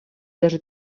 даже